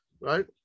Right